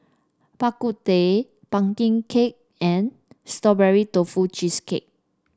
Bak Kut Teh pumpkin cake and Strawberry Tofu Cheesecake